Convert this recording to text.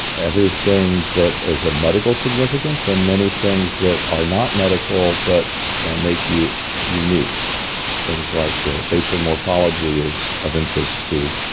everything that is of ah medical significance and many things that are not medical but make you unique things like the facial morphology is of interest to,